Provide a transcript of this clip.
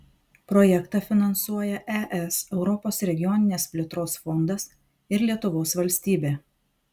projektą finansuoja es europos regioninės plėtros fondas ir lietuvos valstybė